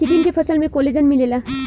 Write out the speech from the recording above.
chitin के फसल में कोलेजन मिलेला